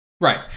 Right